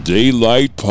Daylight